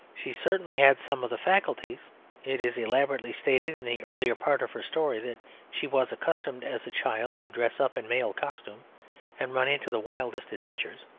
she certainly had some of the faculties it is elaborately stated in the earlier part of her story that she was accustomed as a child to dress up in male costume and run into the wildest adventures.